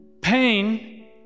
Pain